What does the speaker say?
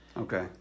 Okay